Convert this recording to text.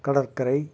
கடற்கரை